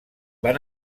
van